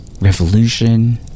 revolution